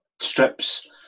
strips